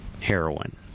heroin